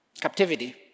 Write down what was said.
captivity